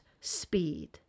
speed